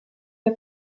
der